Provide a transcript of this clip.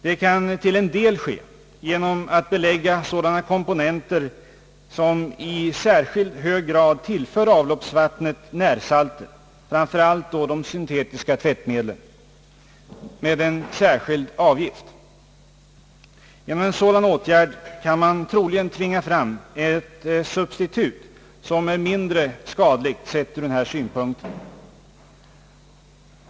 Detia kan till en del ske genom att belägga sådana komponenter som i mycket hög grad tillför avloppsvattnet närsalter — framför allt de syntetiska tvättmedlen — med en särskild avgift. Genom en sådan åtgärd kan man troligen tvinga fram ett substitut som är mindre skadligt sett ur den synpunkten.